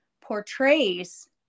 portrays